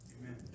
Amen